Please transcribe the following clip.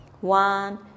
one